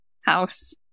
house